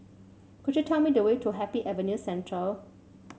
could you tell me the way to Happy Avenue Central